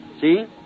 see